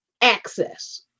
access